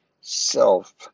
self